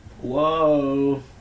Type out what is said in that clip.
Whoa